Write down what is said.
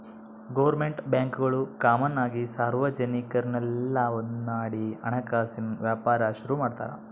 government ಬ್ಯಾಂಕ್ಗುಳು common ಆಗಿ ಸಾರ್ವಜನಿಕುರ್ನೆಲ್ಲ ಒಂದ್ಮಾಡಿ ಹಣಕಾಸಿನ್ ವ್ಯಾಪಾರ ಶುರು ಮಾಡ್ತಾರ